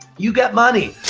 you get money,